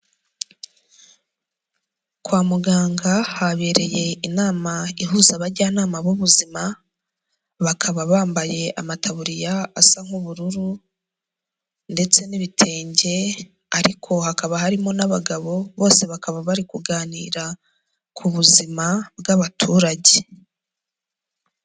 Kwa muganga habereye inama ihuza abajyanama b'ubuzima, bakaba bambaye amataburiya asa nk'ubururu ndetse n'ibitenge ariko hakaba harimo n'abagabo, bose bakaba bari kuganira ku buzima bw'abaturage.